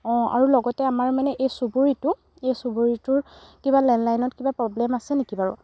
অ' আৰু লগতে আমাৰ মানে এই চুবুৰীটো এই চুবুৰীটোৰ কিবা লেণ্ডলাইনত কিবা প্ৰব্লেম আছে নেকি বাৰু